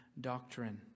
doctrine